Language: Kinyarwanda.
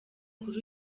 kuri